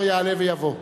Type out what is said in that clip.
יעלה ויבוא.